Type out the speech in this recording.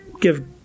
give